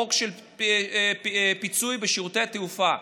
החוק של פיצוי בשירותי התעופה,